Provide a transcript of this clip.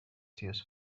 tears